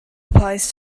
applies